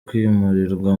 kwimurirwa